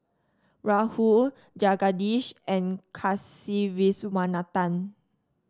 Rahul Jagadish and Kasiviswanathan